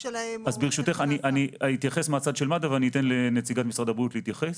אני אתייחס מהצד של מד"א ואני אתן לנציגת משרד הבריאות להתייחס.